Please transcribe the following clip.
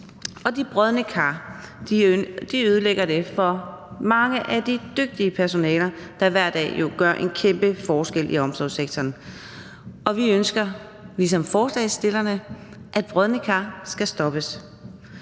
de brodne kar ødelægger det for meget af det dygtige personale, der hver dag gør en kæmpe forskel i omsorgssektoren, og vi ønsker, ligesom forslagsstillerne, at brodne kar skal stoppes.